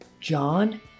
john